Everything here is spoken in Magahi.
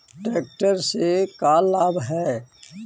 ट्रेक्टर से का लाभ है?